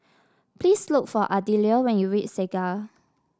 please look for Ardelia when you reach Segar